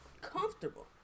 comfortable